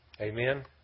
Amen